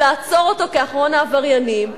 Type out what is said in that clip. ולעצור אותו כאחרון העבריינים,